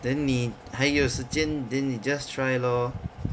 then 你还有时间 then 你 just try lor